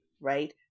right